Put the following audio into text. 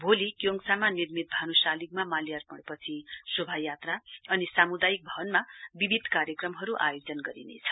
भोलि क्योङसामा निर्मित भानु शालिगमा माल्यायर्ण पछि शोभायात्रा अनि सामुदायिक भवनमा विविध कार्यक्रम हरु आयोजन गरिनेछ